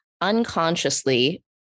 unconsciously